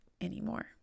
anymore